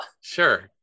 sure